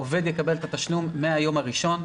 העובד יקבל את התשלום מהיום הראשון.